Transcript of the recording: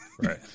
Right